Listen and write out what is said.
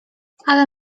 ale